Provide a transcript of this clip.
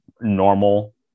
normal